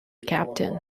captain